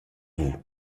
vous